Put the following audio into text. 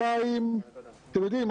אתם יודעים,